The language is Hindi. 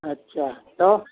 अच्छा तो